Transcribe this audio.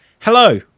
hello